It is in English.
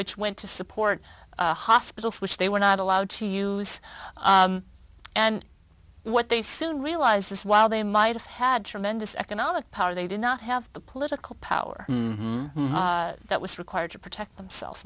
which went to support hospitals which they were not allowed to use and what they soon realized this while they might have had tremendous economic power they did not have the political power that was required to protect themselves